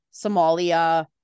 somalia